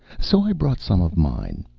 so i brought some of mine,